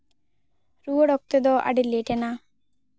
ᱨᱩᱣᱟᱹᱲ ᱚᱠᱛᱚ ᱫᱚ ᱟᱹᱰᱤ ᱞᱮᱴ ᱮᱱᱟ